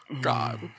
God